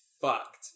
fucked